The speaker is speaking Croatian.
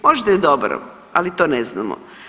Možda je dobro, ali to ne znamo.